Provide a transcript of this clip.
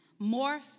morph